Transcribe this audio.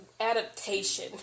adaptation